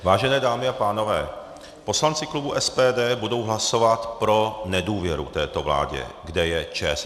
Vážené dámy a pánové, poslanci klubu SPD budou hlasovat pro nedůvěru této vládě, kde je ČSSD.